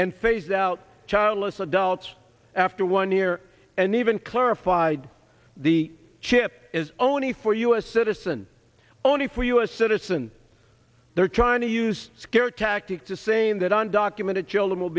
and phase out childless adults after one year and even clarified the chip is only for u s citizen only for u s citizens they're trying to use scare tactics to saying that on documented children will